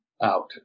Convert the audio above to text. out